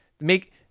make